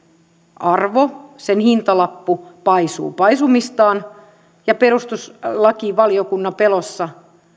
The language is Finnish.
arvo sen hintalappu paisuu paisumistaan ja perustuslakivaliokunnan pelossa